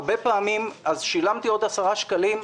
אז שילמתי עוד 10 שקלים,